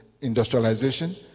industrialization